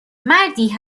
مردی